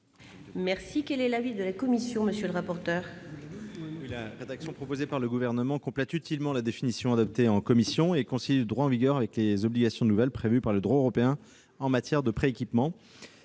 Quel est l'avis de la commission ? La rédaction proposée par le Gouvernement complète utilement la définition adoptée en commission et concilie le droit en vigueur avec les obligations nouvelles prévues par le droit européen en matière de pré-équipement.